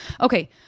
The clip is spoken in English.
Okay